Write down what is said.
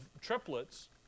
triplets